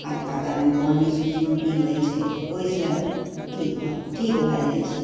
हल्का गर्म पानि सुसुम पीबए छै ओहिसँ ठीक भए जाइ छै